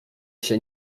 się